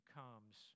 comes